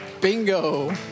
Bingo